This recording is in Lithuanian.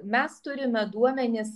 mes turime duomenis